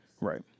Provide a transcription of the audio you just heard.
Right